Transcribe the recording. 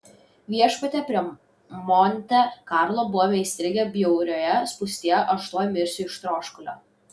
viešpatie prie monte karlo buvome įstrigę bjaurioje spūstyje aš tuoj mirsiu iš troškulio